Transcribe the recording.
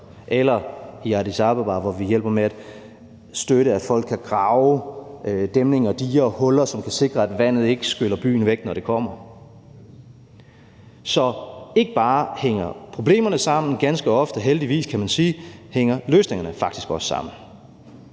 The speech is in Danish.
som i Addis Abeba, hvor vi hjælper med at støtte, at folk kan grave dæmninger, diger og huller, som kan sikre, at vandet ikke skyller byen væk, når det kommer. Kl. 17:25 Så ikke bare problemerne hænger sammen, men ganske ofte – og heldigvis, kan man sige – hænger løsningerne faktisk også sammen.